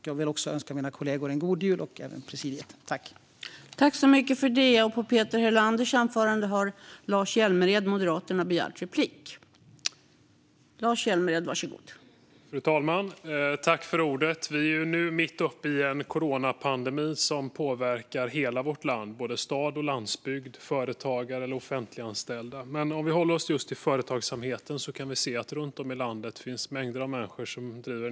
Jag vill också önska mina kollegor och även presidiet en god jul.